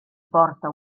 porta